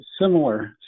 similar